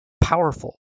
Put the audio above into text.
powerful